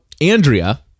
Andrea